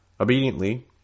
Obediently